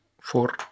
four